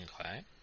Okay